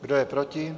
Kdo je proti?